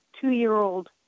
two-year-old